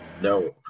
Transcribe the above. No